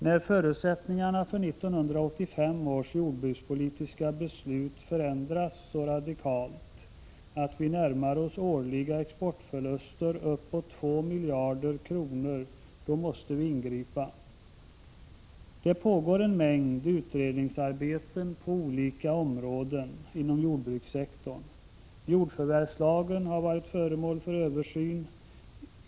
När förutsättningarna för 1985 års jordbrukspolitiska beslut förändrats så radikalt att vi närmar oss årliga exportförluster på uppåt 2 miljarder kronor måste vi ingripa. Det pågår en mängd utredningsarbeten på olika områden inom jordbrukssektorn. Jordförvärvslagen har varit föremål för översyn.